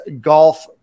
golf